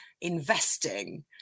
investing